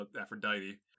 Aphrodite